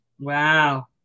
Wow